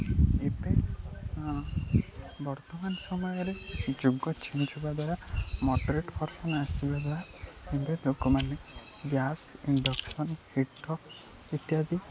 ଏବେ ବର୍ତ୍ତମାନ ସମୟରେ ଯୁଗ ଚେଞ୍ଜ୍ ହେବା ଦ୍ୱାରା ମଡ଼ରେଟ୍ ପର୍ସନ୍ ଆସିବା ଦ୍ୱାରା ଏବେ ଲୋକମାନେ ଗ୍ୟାସ୍ ଇଣ୍ଡକ୍ସନ୍ ହିଟର୍ ଇତ୍ୟାଦି